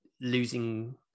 losing